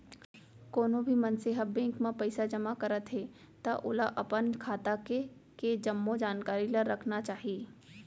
कोनो भी मनसे ह बेंक म पइसा जमा करत हे त ओला अपन खाता के के जम्मो जानकारी ल राखना चाही